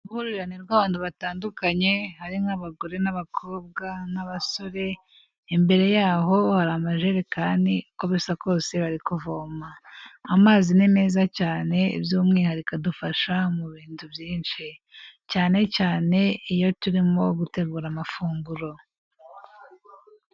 Uruhurirane rw'abantu batandukanye, hari nk'abagore n'abakobwa n'abasore, imbere yaho hari amajerekani uko bisa kose bari kuvoma. Amazi ni meza cyane by'umwihariko adufasha mu bintu byinshi. Cyane cyane iyo turimo gutegura amafunguro.